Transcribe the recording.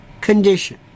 condition